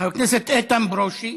חבר הכנסת איתן ברושי.